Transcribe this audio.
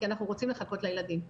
כי אנחנו רוצים לחכות לילדים.